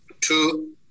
Two